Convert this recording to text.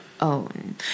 own